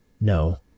No